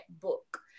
book